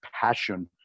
passion